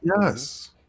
Yes